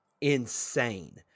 insane